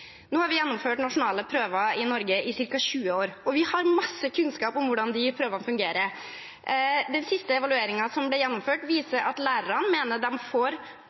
Nå har vi gjennomført nasjonale prøver i Norge i ca. 20 år, og vi har masse kunnskap om hvordan de prøvene fungerer. Den siste evalueringen som ble gjennomført, viser at lærerne mener de får